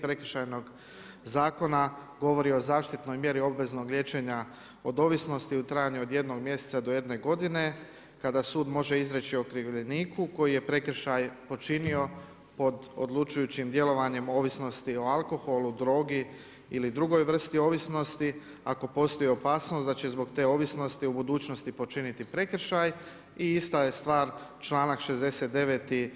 Prekršajnog zakona govori o zaštitnoj mjeri obveznog liječenja od ovisnosti u trajanju od jednog mjeseca do jedne godine kada sud može izreći okrivljeniku koji je prekršaj počinio pod odlučujućim djelovanjem ovisnosti o alkoholu, drogi ili drugoj vrsti ovisnosti ako postoji opasnost da će zbog te ovisnosti u budućnosti počiniti prekršaj i ista je stvar članak 69.